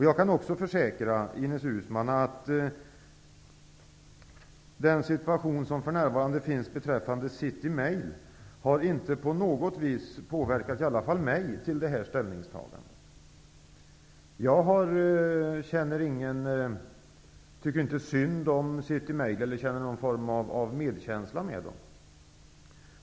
Jag kan också försäkra Ines Uusmann att den situation som för närvarande råder beträffande City Mail inte på något vis har påverkat i alla fall mig till mitt ställningstagande. Jag tycker inte synd om City Mail eller hyser någon form av medkänsla med dem.